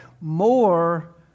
more